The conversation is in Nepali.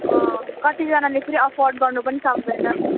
अँ कतिजनाले फेरि अफोर्ड गर्नु पनि सक्दैन